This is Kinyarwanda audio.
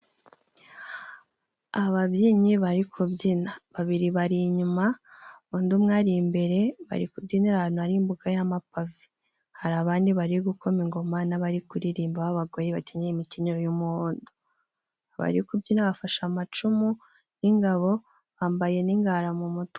Ababyinnyi bari kubyina, babiri bari inyuma, undi umwe ari imbere bari kubyinira ahantu hari imbuga y'amapave. Hari abandi bari gukoma ingoma n'abari kuririmba, aho abagore bakenyeye imikenyero y'umuhondo. Abari kubyina bafashe amacumu n'ingabo, bambaye n'ingara mu mutwe.